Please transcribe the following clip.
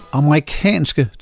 amerikanske